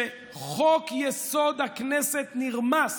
כשחוק-יסוד: הכנסת נרמס